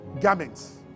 garments